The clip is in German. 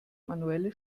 manuelle